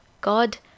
God